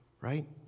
right